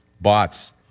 Bots